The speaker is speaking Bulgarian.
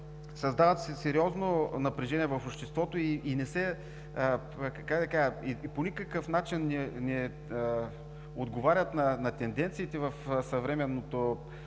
Създава се сериозно напрежение в обществото и по никакъв начин не отговарят на тенденциите в съвременното